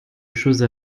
choses